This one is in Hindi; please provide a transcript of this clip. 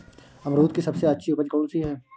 अमरूद की सबसे अच्छी उपज कौन सी है?